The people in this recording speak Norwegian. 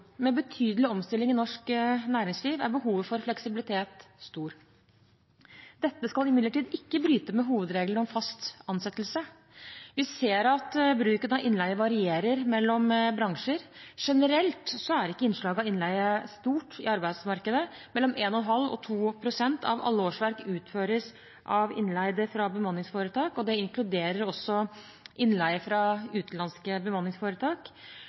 med betydelig omstilling i norsk næringsliv, er behovet for fleksibilitet stort. Dette skal imidlertid ikke bryte med hovedregelen om fast ansettelse. Vi ser at bruken av innleie varierer mellom bransjer. Generelt er ikke innslaget av innleie stort i arbeidsmarkedet. Mellom 1,5 og 2 pst. av alle årsverk utføres av innleide fra bemanningsforetak. Dette inkluderer også innleie fra utenlandske bemanningsforetak,